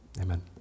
Amen